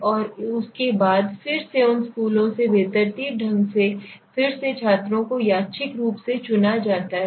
और उसके बाद फिर से उन स्कूलों से बेतरतीब ढंग से फिर से छात्रों को यादृच्छिक रूप से चुना जाता है